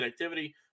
connectivity